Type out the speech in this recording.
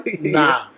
nah